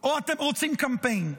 או אתם רוצים קמפיין?